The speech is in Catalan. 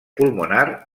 pulmonar